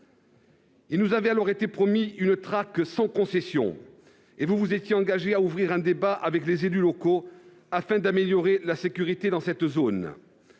On nous avait alors promis une traque sans concession, et le Gouvernement s'était engagé à ouvrir un débat avec les élus locaux afin d'améliorer la sécurité dans cette zone.